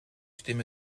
stimme